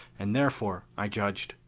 and therefore, i judged,